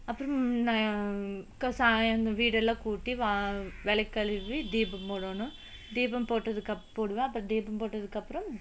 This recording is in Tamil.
அப்புறம் நான் சாய் வீடெல்லாம் கூட்டி வா விளக்கு கழுவி தீபம் போடணும் தீபம் போட்டதுக்கு அப் போடுவேன் அப்றம் தீபம் போட்டதுக்கு அப்றம்